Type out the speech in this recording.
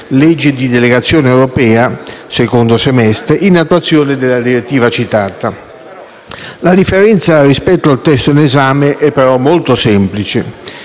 (legge di delegazione europea, secondo semestre) in attuazione della direttiva citata. La differenza rispetto al testo in esame è però molto semplice.